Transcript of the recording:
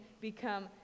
become